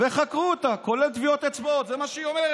קיבלת וי שם.